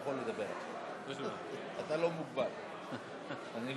(פטור ממס לרשות מקומית על הכנסה מדיבידנד